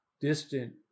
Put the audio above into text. distant